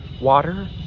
water